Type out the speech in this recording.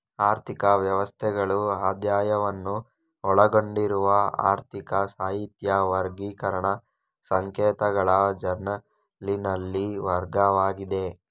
ಆರ್ಥಿಕ ವ್ಯವಸ್ಥೆಗಳು ಅಧ್ಯಯನವನ್ನು ಒಳಗೊಂಡಿರುವ ಆರ್ಥಿಕ ಸಾಹಿತ್ಯ ವರ್ಗೀಕರಣ ಸಂಕೇತಗಳ ಜರ್ನಲಿನಲ್ಲಿನ ವರ್ಗವಾಗಿದೆ